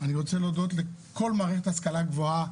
אני רוצה להודות לכל מערכת ההשכלה הגבוהה